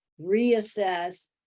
reassess